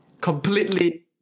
completely